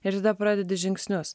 ir tada pradedi žingsnius